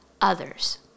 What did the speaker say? others